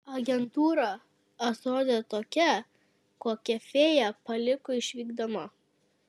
agentūra atrodė tokia kokią fėja paliko išvykdama